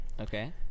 okay